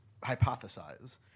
hypothesize